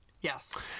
Yes